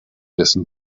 dessen